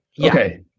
Okay